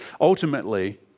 Ultimately